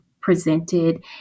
presented